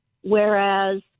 whereas